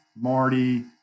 Marty